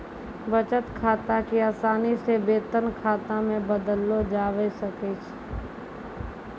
बचत खाता क असानी से वेतन खाता मे बदललो जाबैल सकै छै